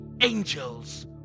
angels